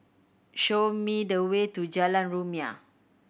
show me the way to Jalan Rumia